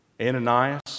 Ananias